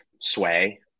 sway